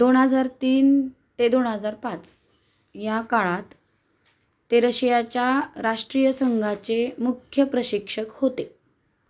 दोन हजार तीन ते दोन हजार पाच या काळात ते रशियाच्या राष्ट्रीय संघाचे मुख्य प्रशिक्षक होते